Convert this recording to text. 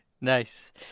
Nice